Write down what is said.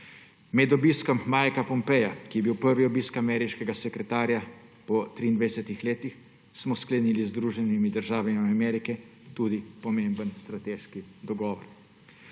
Med obiskom Mika Pompea, ki je bil prvi obisk ameriškega sekretarja po 23 letih, smo sklenili z Združenimi državami Amerike tudi pomemben strateški dogovor.